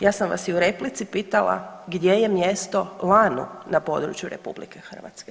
Ja sam vas i u replici pitala, gdje je mjesto lanu na području RH?